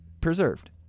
preserved